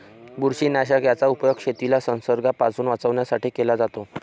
बुरशीनाशक याचा उपयोग शेतीला संसर्गापासून वाचवण्यासाठी केला जातो